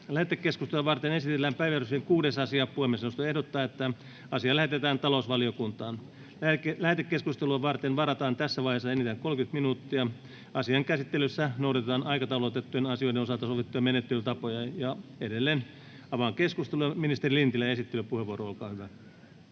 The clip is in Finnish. Lähetekeskustelua varten esitellään päiväjärjestyksen 6. asia. Puhemiesneuvosto ehdottaa, että asia lähetetään talousvaliokuntaan. Lähetekeskustelua varten varataan tässä vaiheessa enintään 30 minuuttia. Asian käsittelyssä noudatetaan aikataulutettujen asioiden osalta sovittuja menettelytapoja. Avaan keskustelun. — Ministeri Lintilä, esittelypuheenvuoro, olkaa hyvä.